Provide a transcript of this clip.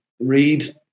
read